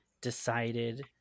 decided